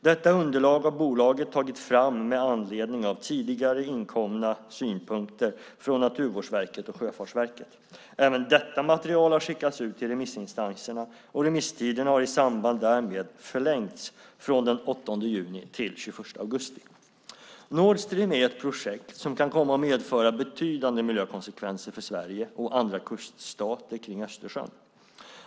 Detta underlag har bolaget tagit fram med anledning av tidigare inkomna synpunkter från Naturvårdsverket och Sjöfartsverket. Även detta material har skickats ut till remissinstanserna, och remisstiden har i samband därmed förlängts från den 8 juni till den 21 augusti. Nord Stream är ett projekt som kan komma att medföra betydande miljökonsekvenser för Sverige och andra kuststater kring Östersjön.